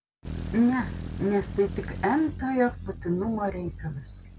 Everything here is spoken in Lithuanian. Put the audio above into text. ne nes tai tik n tojo būtinumo reikalas